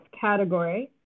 category